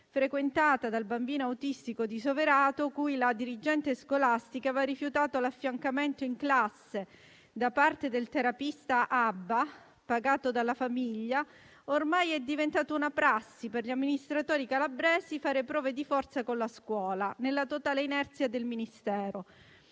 frequentata dal bambino autistico di Soverato cui la dirigente scolastica aveva rifiutato l'affiancamento in classe da parte del terapista Abba pagato dalla famiglia, ormai è diventata una prassi per gli amministratori calabresi fare prove di forza con la scuola, nella totale inerzia del Ministero.